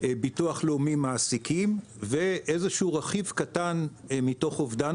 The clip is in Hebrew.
השני הוא ביטוח לאומי מעסיקים והשלישי הוא איזשהו רכיב קטן מתוך אובדן